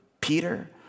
Peter